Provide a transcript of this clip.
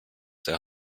der